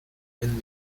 and